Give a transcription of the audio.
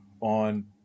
on